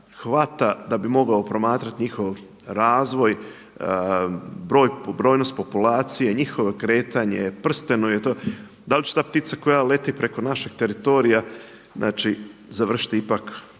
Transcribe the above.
hvata da bi mogao promatrati njihov razvoj, brojnost populacije, njihovo kretanje, prsten i to, da li će ta ptica koja leti preko našeg teritorija, znači završiti ipak